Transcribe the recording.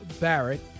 Barrett